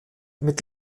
mit